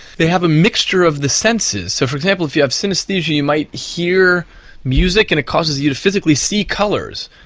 they have a mixture of the senses, so for example if you have synesthesia you might hear music and it causes you to physically see colours,